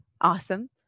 awesome